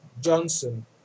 johnson